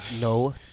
No